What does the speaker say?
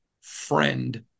friend